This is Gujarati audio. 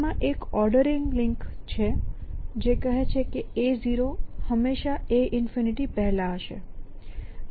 તેમાં એક ઓર્ડરિંગ લિંક છે જે કહે છે કે A0 હંમેશા A પહેલા હશે